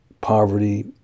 poverty